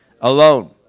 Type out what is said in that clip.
alone